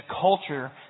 culture